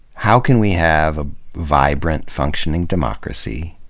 how can we have a vibrant, functioning democracy,